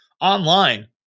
online